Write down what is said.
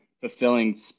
fulfilling